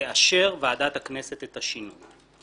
תאשר ועדת הכנסת את השינוי.